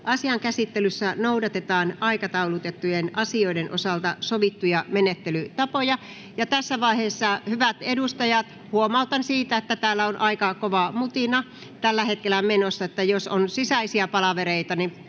Asian käsittelyssä noudatetaan aikataulutettujen asioiden osalta sovittuja menettelytapoja. Hyvät edustajat, tässä vaiheessa huomautan siitä, että täällä on aika kova mutina tällä hetkellä menossa, joten jos on sisäisiä palavereita,